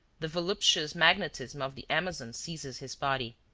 the voluptuous magnetism of the amazon seizes his body.